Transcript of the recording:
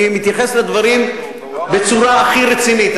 אני מתייחס לדברים בצורה הכי רצינית.